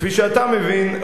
כפי שאתה מבין,